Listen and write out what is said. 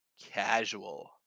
casual